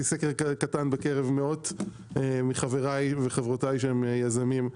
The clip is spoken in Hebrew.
סקר קטן בקרב מאות מחבריי וחברותיי היזמים,